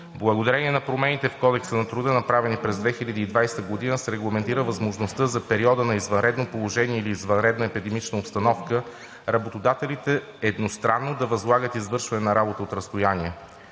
Благодарение на промените в Кодекса на труда, направени през 2020 г., се регламентира възможността за периода на извънредно положение или извънредна епидемична обстановка работодателите едностранно да възлагат извършване на работа от разстояние.